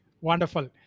Wonderful